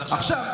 עכשיו,